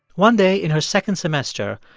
one day in her second semester,